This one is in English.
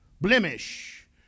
blemish